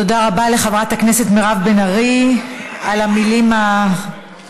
תודה רבה לחברת הכנסת מירב בן ארי על המילים העוצמתיות.